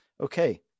okay